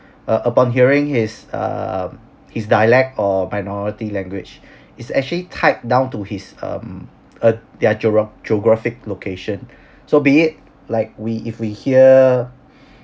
uh upon hearing his err his dialect or minority language is actually tied down to his um uh their geogra~ geographic location so be it like we if we hear